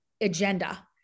agenda